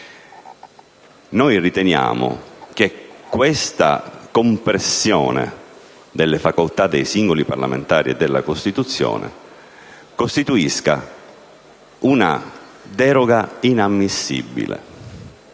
Noi riteniamo che questa compressione delle facoltà dei singoli parlamentari e della Costituzione costituisca una deroga inammissibile